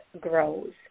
grows